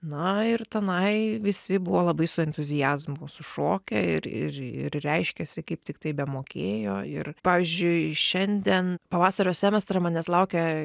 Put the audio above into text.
na ir tenai visi buvo labai su entuziazmu sušokę ir ir ir reiškėsi kaip tik tai be mokėjo ir pavyzdžiui šiandien pavasario semestrą manęs laukia